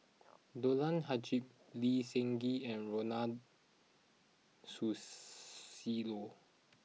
Dollah Hajid Lee Seng Gee and Ronald Susilo